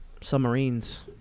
Submarines